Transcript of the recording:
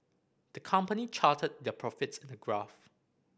the company charted their profits in a graph